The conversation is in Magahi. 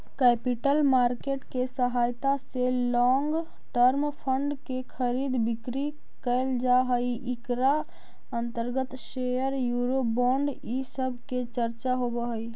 कैपिटल मार्केट के सहायता से लोंग टर्म फंड के खरीद बिक्री कैल जा हई इकरा अंतर्गत शेयर यूरो बोंड इ सब के चर्चा होवऽ हई